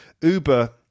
Uber